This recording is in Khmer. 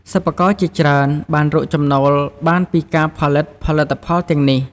សិប្បករជាច្រើនបានរកចំណូលបានពីការផលិតផលិតផលទាំងនេះ។